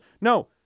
No